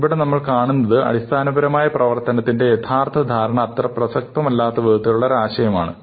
ഇവിടെ നമ്മൾ കാണുന്നത് അടിസ്ഥാനപരമായ പ്രവർത്തനത്തിന്റെ യഥാർത്ഥ ധാരണ അത്ര പ്രസക്തമല്ലാത്തവിധമുള്ള ഒരാശയമാണ്